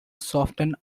soften